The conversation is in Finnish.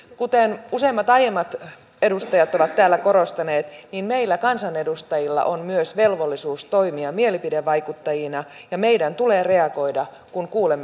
kuten useimmat aiemmat edustajat ovat täällä korostaneet meillä kansanedustajilla on myös velvollisuus toimia mielipidevaikuttajina ja meidän tulee reagoida kun kuulemme vihamielisiä puheenvuoroja